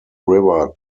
river